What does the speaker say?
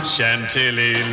Chantilly